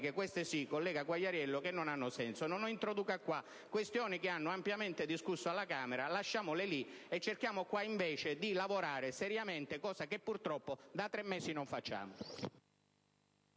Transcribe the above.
queste sì, collega Quagliariello, che non hanno senso. Non introduca in questa sede questioni ampiamente discusse alla Camera: lasciamole lì, e cerchiamo qui, invece, di lavorare seriamente, cosa che purtroppo da tre mesi non facciamo.